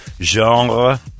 genre